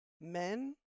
men